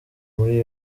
muri